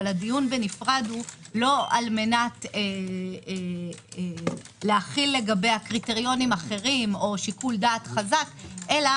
אבל לא על מנת להחיל לגביה קריטריונים אחרים או שיקול דעת חזק אלא